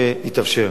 שיתאפשר.